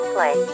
Play